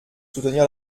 soutenir